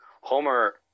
Homer